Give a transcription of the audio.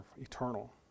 eternal